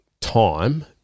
time